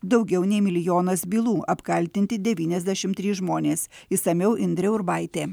daugiau nei milijonas bylų apkaltinti devyniasdešim trys žmonės išsamiau indrė urbaitė